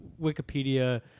Wikipedia